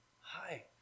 Hi